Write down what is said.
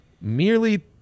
Merely